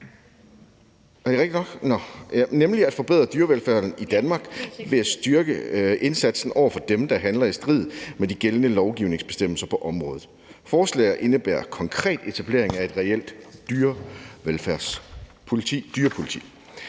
nemlig at forbedre dyrevelfærden i Danmark ved at styrke indsatsen over for dem, der handler i strid med de gældende lovbestemmelser på området. Forslaget indebærer konkret etablering af et reelt dyrevelfærdspoliti